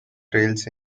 trails